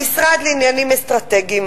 המשרד לעניינים אסטרטגיים,